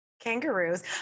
kangaroos